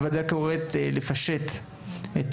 הוועדה קוראת לפשט את